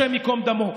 השם ייקום דמו?